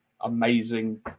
amazing